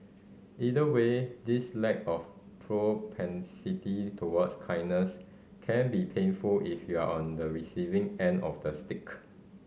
either way this lack of propensity towards kindness can be painful if you're on the receiving end of the stick